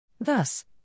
Thus